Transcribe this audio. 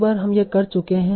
एक बार हम यह कर चुके हैं